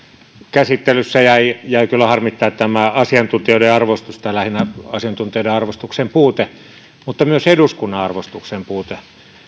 käsittelyssä jäi jäi kyllä harmittamaan tämä asiantuntijoiden arvostus tai lähinnä asiantuntijoiden arvostuksen puute mutta myös eduskunnan arvostuksen puute